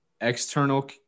External